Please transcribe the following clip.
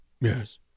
Yes